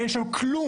אין שם כלום.